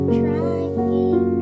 trying